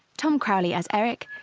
tom crowley as eric,